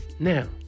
Now